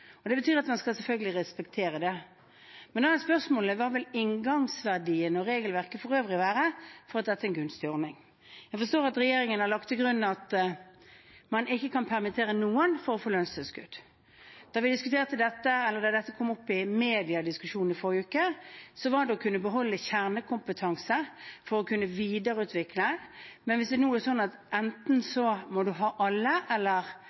Det skal man selvfølgelig respektere. Men da er spørsmålet: Hva vil inngangsverdien og regelverket for øvrig være for at dette skal være en gunstig ordning? Jeg forstår at regjeringen har lagt til grunn at for å få lønnstilskudd kan man ikke permittere noen. Da dette kom opp i diskusjonen i media i forrige uke, handlet det om å kunne beholde kjernekompetanse for å kunne videreutvikle. Men hvis det nå er slik at man må velge mellom å ha alle permittert eller